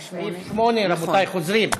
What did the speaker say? רבותיי, חוזרים: